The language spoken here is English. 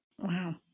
Wow